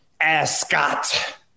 Ascot